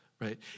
right